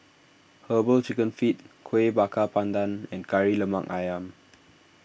Herbal Chicken Feet Kuih Bakar Pandan and Kari Lemak Ayam